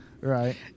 Right